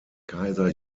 kaiser